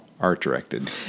art-directed